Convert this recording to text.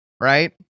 right